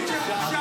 יש עוד.